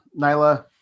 Nyla